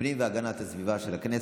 הפנים והגנת הסביבה של הכנסת.